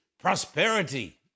prosperity